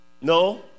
No